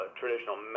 traditional